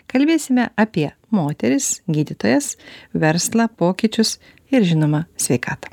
kalbėsime apie moteris gydytojas verslą pokyčius ir žinoma sveikatą